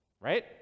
right